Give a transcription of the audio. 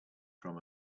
from